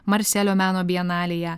marselio meno bienalėje